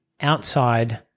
outside